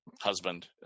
husband